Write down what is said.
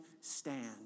stand